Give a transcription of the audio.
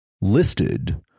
listed